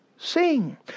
sing